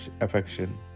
affection